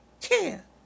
Care